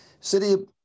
City